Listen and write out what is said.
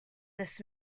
this